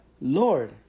Lord